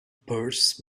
purse